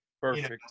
Perfect